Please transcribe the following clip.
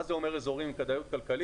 מה זה אומר אזורים עם כדאיות כלכלית?